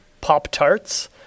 Pop-Tarts